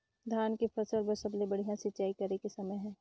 धान के फसल बार सबले बढ़िया सिंचाई करे के समय हे?